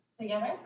together